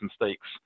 mistakes